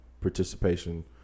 participation